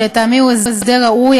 שלטעמי הוא הסדר ראוי,